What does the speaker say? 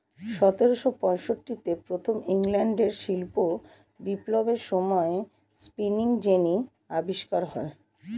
সতেরোশো পঁয়ষট্টিতে প্রথম ইংল্যান্ডের শিল্প বিপ্লবের সময়ে স্পিনিং জেনি আবিষ্কার হয়